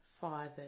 Father